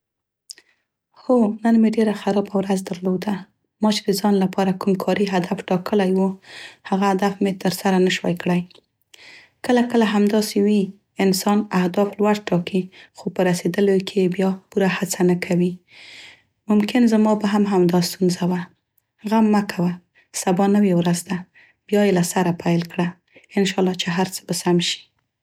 هو، نن مې ډيره خرابه ورځ درلوده، ما چې د ځان لپاره کوم کاري هدف ټاکلی و هغه هدف مې تر سره نشوی کړای. کله کله همداسې وي، انسان اهداف لوړ ټاکي خو په رسیدلو کې یې بیا پوره هڅه نه کوي. ممکن زما به هم همدا ستونزه وه. غم مه کوه، سبا نوې ورځ ده، بیا یې له سره پیل کړه، انشالله چې هر څه به سم شي.